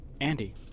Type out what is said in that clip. andy